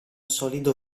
solido